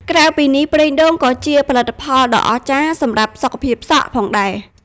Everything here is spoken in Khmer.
ក្រៅពីនេះ ប្រេងដូងក៏ជាផលិតផលដ៏អស្ចារ្យសម្រាប់ សុខភាពសក់ ផងដែរ។